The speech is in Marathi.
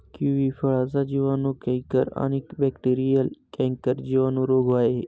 किवी फळाचा जिवाणू कैंकर आणि बॅक्टेरीयल कैंकर जिवाणू रोग आहे